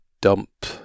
dump